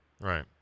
Right